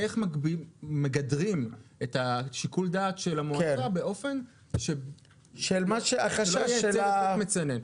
איך מגדרים את שיקול הדעת של המועצה באופן שלא ייצר אפקט מצנן?